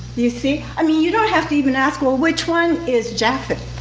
you see? i mean you don't have to even ask, well, which one is japheth?